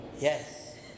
Yes